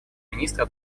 министра